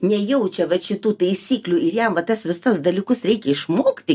nejaučia vat šitų taisyklių ir jam va tas visas dalykus reikia išmokti